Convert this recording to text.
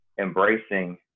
embracing